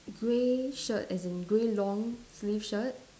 grey shirt as in grey long sleeve shirt